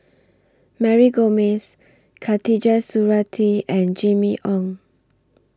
Mary Gomes Khatijah Surattee and Jimmy Ong